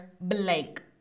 blank